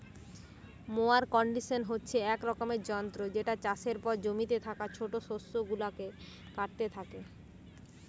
mower condition হচ্ছে এক রকমের যন্ত্র যেটা চাষের পর জমিতে থাকা ছোট শস্য গুলাকে কাটতে থাকে